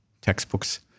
textbooks